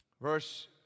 Verse